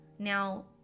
Now